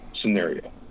scenario